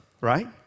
right